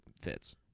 fits